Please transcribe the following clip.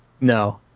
No